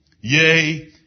yea